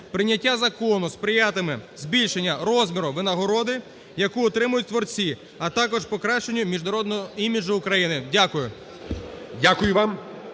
Прийняття закону сприятиме збільшенню розміру винагороди, яку отримають творці, а також покращенню міжнародного іміджу України. Дякую. ГОЛОВУЮЧИЙ.